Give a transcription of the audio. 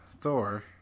Thor